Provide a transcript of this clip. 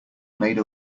made